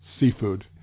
Seafood